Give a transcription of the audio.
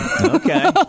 Okay